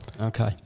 Okay